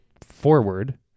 forward